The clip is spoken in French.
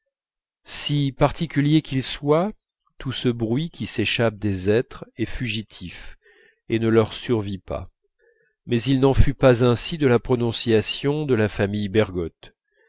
si particulier qu'il soit tout ce bruit qui s'échappe des êtres est fugitif et ne leur survit pas mais il n'en fut pas ainsi de la prononciation de la famille bergotte